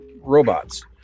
robots